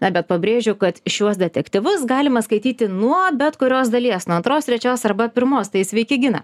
na bet pabrėžiu kad šiuos detektyvus galima skaityti nuo bet kurios dalies nuo antros trečios arba pirmos tai sveiki gina